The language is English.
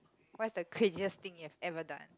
what is the craziest thing you've ever done